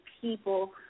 people